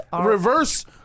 Reverse